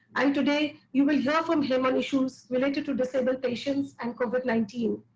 and today, you will hear from him on issues related to disabled patients and covid nineteen.